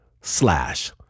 slash